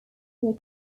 here